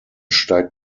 steigt